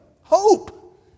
Hope